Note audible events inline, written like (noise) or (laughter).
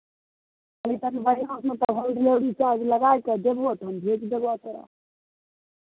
(unintelligible) बढ़िआँ home delivery charge लगाए कऽ देबह तऽ हम भेज देबह तोरा